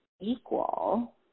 equal